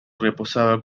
reposaba